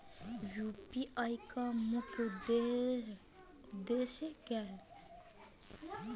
UPI का मुख्य उद्देश्य क्या है?